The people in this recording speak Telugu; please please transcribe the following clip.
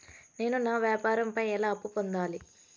నేను నా వ్యాపారం పై ఎలా అప్పు పొందాలి?